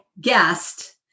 guest